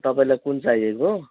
तपाईँलाई कुन चाहिएको